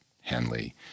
Henley